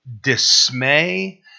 dismay